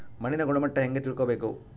ಮಣ್ಣಿನ ಗುಣಮಟ್ಟ ಹೆಂಗೆ ತಿಳ್ಕೊಬೇಕು?